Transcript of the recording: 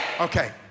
Okay